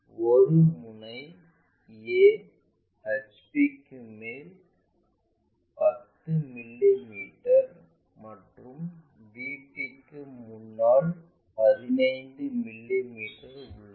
ஒருமுனை A HP க்கு மேல் 10 மிமீ மற்றும் VP க்கு முன்னால் 15 மிமீ உள்ளது